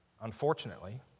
unfortunately